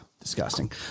disgusting